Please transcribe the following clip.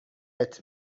هقت